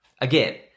Again